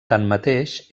tanmateix